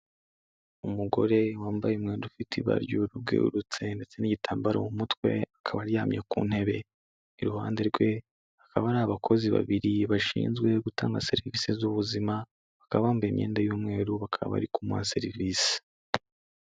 Umugore wambaye umwenda ufite ibara ry'ubururu bwerutse ndetse n'igitambaro mu mutwe, akaba aryamye ku ntebe, iruhande rwe hakaba hari abakozi babiri bashinzwe gutanga serivisi z'ubuzima, bakaba bambaye imyenda y'umweru bakaba bari kumuha serivisi,